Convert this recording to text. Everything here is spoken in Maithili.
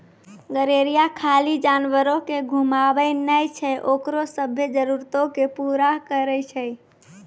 गरेरिया खाली जानवरो के घुमाबै नै छै ओकरो सभ्भे जरुरतो के पूरा करै छै